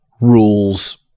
Rules